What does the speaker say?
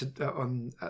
on